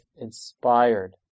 inspired